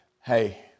Hey